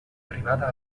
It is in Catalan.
arribada